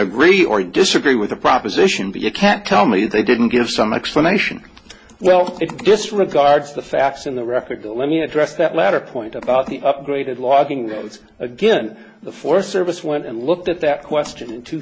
agree or disagree with the proposition that you can't tell me they didn't give some explanation well it disregards the facts in the record let me address that latter point about the upgraded logging it's again the forest service went and looked at that question in two